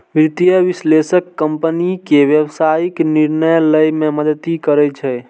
वित्तीय विश्लेषक कंपनी के व्यावसायिक निर्णय लए मे मदति करै छै